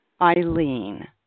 Eileen